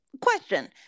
question